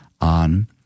on